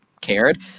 cared